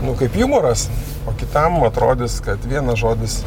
nu kaip jumoras o kitam atrodys kad vienas žodis